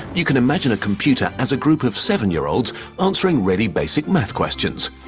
you can imagine a computer as a group of seven-year-olds answering really basic math questions.